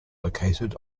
located